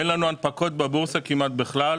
אין לנו הנפקות בבורסה כמעט בכלל,